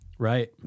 Right